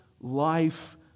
life